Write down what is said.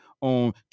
on